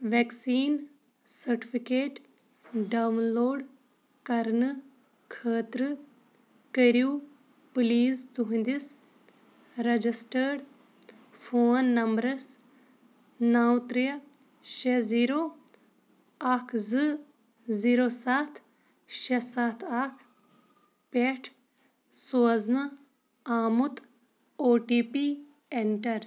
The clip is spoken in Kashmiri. وٮ۪کسیٖن سٹیفِکیٹ ڈاوُن لوڈ کَرنہٕ خٲطرٕ کٔرِو پُلیٖز تُہٕنٛدِس رَجٕسٹٲرڈ فون نَمبرَس نَو ترٛےٚ شےٚ زیٖرو اَکھ زٕ زیٖرو سَتھ شےٚ سَتھ اَکھ پٮ۪ٹھ سوزنہٕ آمُت او ٹی پی اٮ۪نٹَر